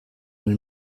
nel